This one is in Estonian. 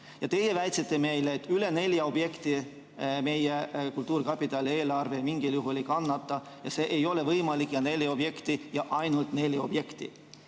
Ja teie väitsite meile, et üle nelja objekti meie kultuurkapitali eelarve mingil juhul välja ei kannata, see ei ole võimalik. Neli objekti, ja ainult neli objekti!